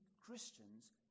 Christians